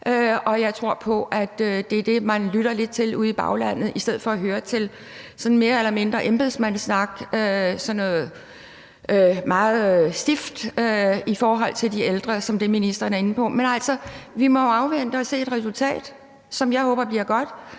og jeg tror på, at det er det, man lytter lidt til ude i baglandet i stedet for at lytte til noget, der mere eller mindre er embedsmandssnak og meget stift i forhold til de ældre ligesom det, ministeren er inde på. Men altså, vi må jo afvente at se et resultat, som jeg håber bliver godt,